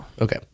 Okay